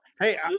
Hey